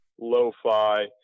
lo-fi